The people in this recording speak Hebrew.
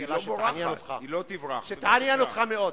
שתעניין אותך מאוד.